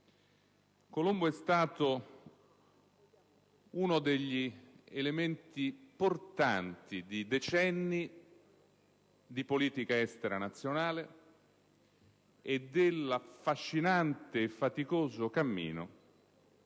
Colombo è stato uno degli elementi portanti di decenni di politica estera nazionale e dell'affascinante e faticoso cammino